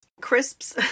crisps